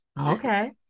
Okay